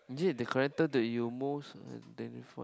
is it the character that you most identified